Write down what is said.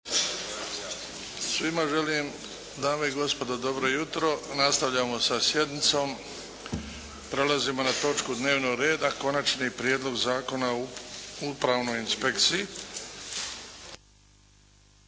Svima želim dame i gospodo dobro jutro. Nastavljamo sa sjednicom. Prelazimo na točku dnevnog reda: - Konačni prijedlog zakona o upravnoj inspekciji,